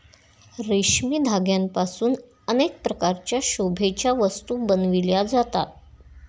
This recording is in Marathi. रेशमी धाग्यांपासून अनेक प्रकारच्या शोभेच्या वस्तू बनविल्या जातात